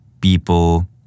people